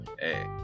hey